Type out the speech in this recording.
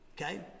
Okay